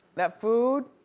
that food,